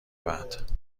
بعد